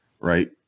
right